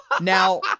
Now